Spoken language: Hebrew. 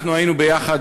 אנחנו היינו ביחד,